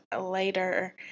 later